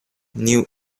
new